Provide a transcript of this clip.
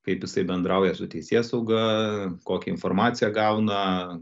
kaip jisai bendrauja su teisėsauga kokią informaciją gauna